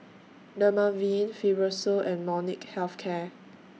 Dermaveen Fibrosol and Molnylcke Health Care